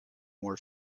were